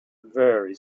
very